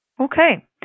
Okay